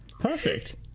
Perfect